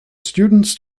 students